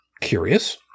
curious